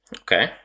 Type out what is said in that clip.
Okay